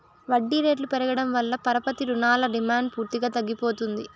వడ్డీ రేట్లు పెరగడం వల్ల పరపతి రుణాల డిమాండ్ పూర్తిగా తగ్గిపోతుంది